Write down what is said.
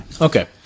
Okay